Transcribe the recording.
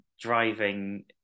driving